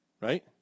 Right